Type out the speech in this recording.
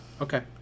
Okay